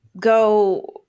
go